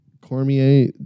Cormier